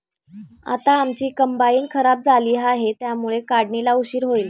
आता आमची कंबाइन खराब झाली आहे, त्यामुळे काढणीला उशीर होईल